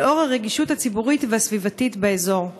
לנוכח הרגישות הציבורית והסביבתית באזור?